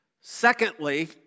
Secondly